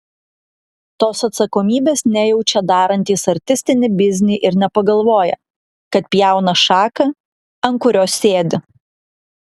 tos atsakomybės nejaučia darantys artistinį biznį ir nepagalvoja kad pjauna šaką ant kurios sėdi